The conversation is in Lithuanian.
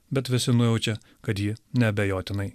bet visi nujaučia kad ji neabejotinai